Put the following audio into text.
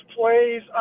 plays